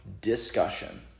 discussion